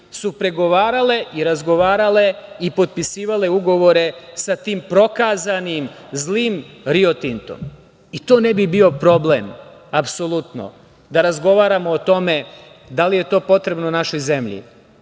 su pregovarale i razgovarale i potpisivale ugovore sa tim prokazanim, zlim Rio Tintom. To ne bi bio problem apsolutno da razgovaramo o tome da li je to potrebno našoj zemlji,